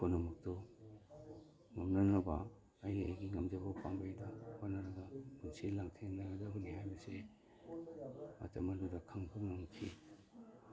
ꯄꯨꯝꯅꯃꯛꯇꯨ ꯉꯝꯅꯅꯕ ꯑꯩ ꯑꯩꯒꯤ ꯉꯝꯖꯕ ꯄꯥꯝꯕꯩꯗ ꯍꯣꯠꯅꯔꯒ ꯄꯨꯟꯁꯤ ꯂꯥꯟꯊꯦꯡꯅꯒꯗꯕꯅꯤ ꯍꯥꯏꯕꯁꯦ ꯃꯇꯝ ꯑꯗꯨꯗ ꯈꯪꯕ ꯉꯝꯈꯤ